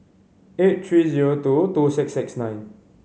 eight three zero two two six six nine